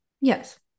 Yes